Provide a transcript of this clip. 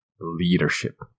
leadership